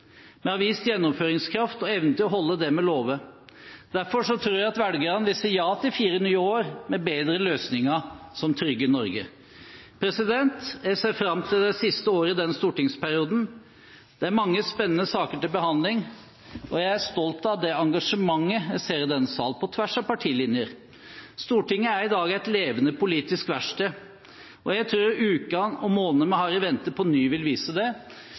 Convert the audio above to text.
Vi har vist gjennomføringskraft og evne til å holde det vi lover. Derfor tror jeg at velgerne vil si ja til fire nye år med bedre løsninger som trygger Norge. Jeg ser fram til det siste året i denne stortingsperioden. Det er mange spennende saker til behandling, og jeg er stolt av det engasjementet jeg ser i denne sal – på tvers av partilinjer. Stortinget er i dag et levende politisk verksted, og jeg tror ukene og månedene vi har i vente, på ny vil vise det.